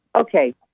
okay